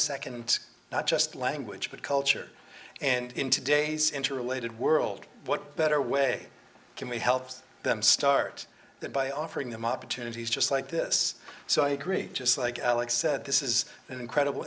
second not just language but culture and in today's interrelated world what better way can we help them start that by offering them opportunities just like this so i agree just like alex said this is an incredible